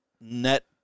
net